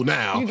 now